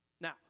Now